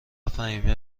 فهیمه